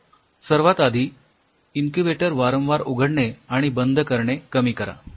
तर सर्वात आधी इन्क्युबेटर वारंवार उघडणे आणि बंद करणे कमी करा